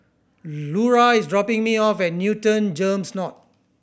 Lura is dropping me off at Newton GEMS North